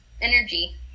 energy